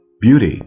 Beauty